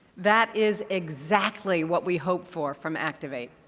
that is exactly what we hope for from activate.